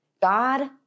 God